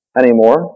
anymore